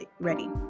ready